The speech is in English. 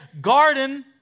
Garden